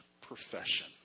profession